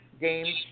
game